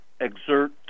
exert